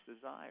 desire